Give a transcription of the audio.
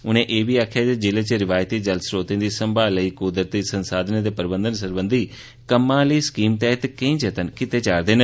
उनें आखेआ जे जिले च रिवायती जल स्रोतें दी संभाल लेई क्दरती संसाधनें दे प्रबंधन सरबंधी कम्मा आहली स्कीम तैहत केईं जतन कीते जा'रदे न